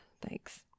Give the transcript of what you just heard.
Thanks